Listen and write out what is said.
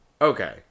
Okay